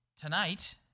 tonight